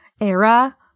era